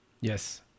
Yes